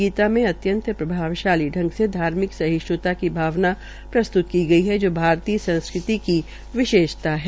गीता मे अत्यंत प्रभावशाली ढंग से धार्मिक सहिष्ण्ता की भावना प्रस्त्त की गई है जो भारत संस्कृति की विशेषता है